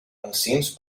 enzims